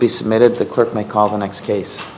be submitted the clerk may call the next case